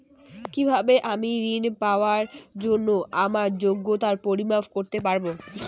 কিভাবে আমি ঋন পাওয়ার জন্য আমার যোগ্যতার পরিমাপ করতে পারব?